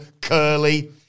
Curly